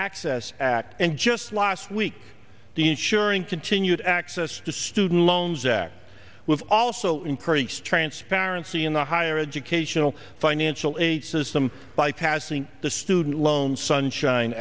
access act and just last week the ensuring continued access to student loans act we've also increased transparency in the higher educational financial aid system by passing the student loan sunshine